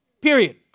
period